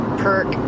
perk